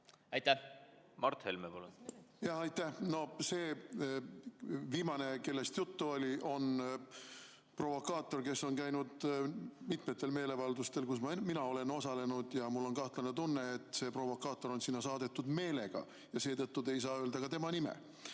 teevad vabatahtlikud? Aitäh! See viimane, kellest juttu oli, on provokaator, kes on käinud mitmel meeleavaldusel, kus mina olen osalenud. Mul on kahtlane tunne, et see provokaator on sinna saadetud meelega ja seetõttu ei saa te öelda ka tema nime.